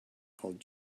called